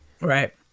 Right